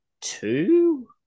two